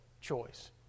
choice